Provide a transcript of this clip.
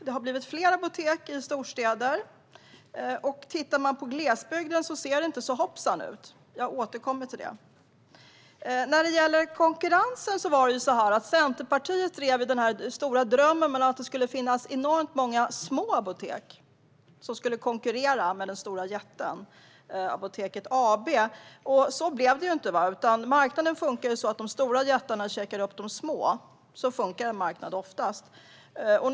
Det har blivit fler apotek i storstäderna. Tittar man på hur det ser ut i glesbygden ser det inte lika bra ut. Jag återkommer till det. Beträffande konkurrensen hade Centerpartiet den stora drömmen att det skulle finnas enormt många små apotek som skulle konkurrera med den stora jätten Apoteket AB. Så blev det inte. Marknaden funkar på ett sådant sätt att de stora jättarna käkar upp de små aktörerna. Så funkar oftast marknaden.